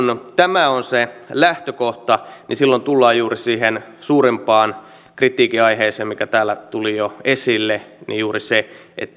tämä on se lähtökohta niin silloin tullaan juuri siihen suurimpaan kritiikin aiheeseen mikä täällä tuli jo esille juuri siihen että